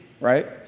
right